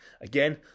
Again